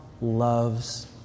loves